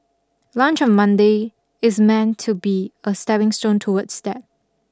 lunch on Monday is meant to be a stepping stone towards that